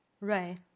Right